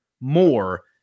more